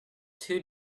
two